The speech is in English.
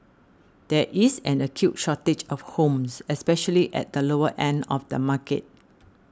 there is an acute shortage of homes especially at the lower end of the market